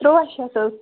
تُرٛوَاہ شیٚتھ حظ